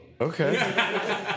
Okay